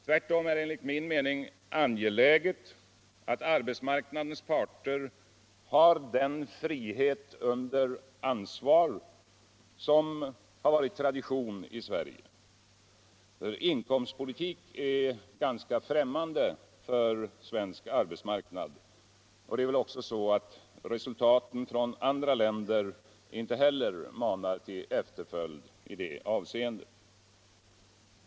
Tvärtom är dev enligt min uppfattning angeläget att arbetsmarknadens parter har den ”frihet under ansvar” som varil tradition i Sverige. ”Inkomstpolitik” är ganska främmande för svensk arbetsmarknad. Resultaten från andra länder manar inte heller till efterföljd.